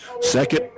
Second